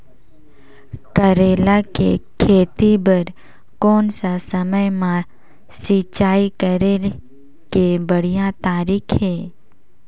करेला के खेती बार कोन सा समय मां सिंचाई करे के बढ़िया तारीक हे?